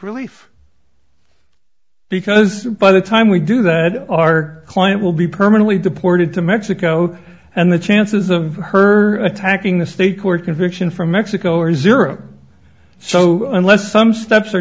relief because by the time we do that our client will be permanently deported to mexico and the chances of her attacking the state court conviction from mexico are zero so unless some steps are